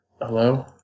Hello